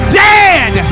dead